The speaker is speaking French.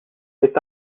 est